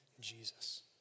Jesus